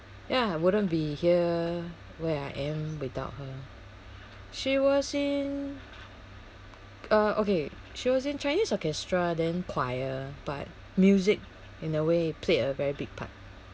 ya wouldn't be here where I am without her she was in uh okay she was in chinese orchestra then choir but music in a way played a very big part